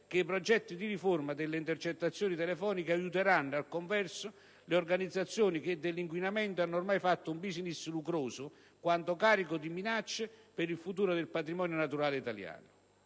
che i progetti di riforma delle intercettazioni telefoniche aiuteranno, al converso, se approvati, le organizzazioni che dell'inquinamento hanno ormai fatto un *business* lucroso quanto carico di minacce per il futuro del patrimonio naturale italiano.